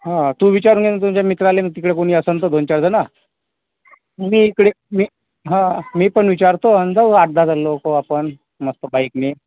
हां तू विचारून ये ना तुझ्या मित्राला तिकडे कुणी असेल तर दोन चार जण मी इकडे मी हां मी पण विचारतो आणि जाऊ आठ दहा जण लोक आपण मस्त बाईकने